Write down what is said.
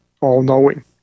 all-knowing